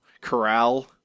corral